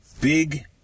big